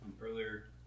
Earlier